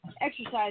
exercise